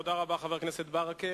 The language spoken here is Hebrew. תודה רבה, חבר הכנסת ברכה.